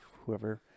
whoever